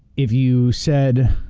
if you said,